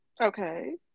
Okay